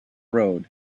road